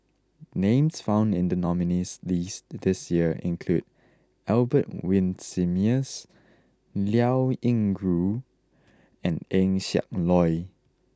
names found in the nominees' list this year include Albert Winsemius Liao Yingru and Eng Siak Loy